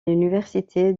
l’université